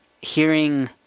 hearing